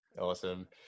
awesome